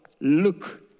look